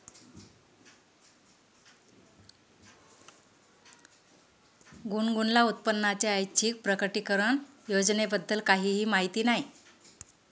गुनगुनला उत्पन्नाच्या ऐच्छिक प्रकटीकरण योजनेबद्दल काहीही माहिती नाही